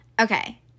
okay